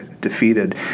defeated